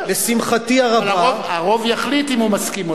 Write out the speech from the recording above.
לשמחתי הרבה, הרוב יחליט אם הוא מסכים או לא.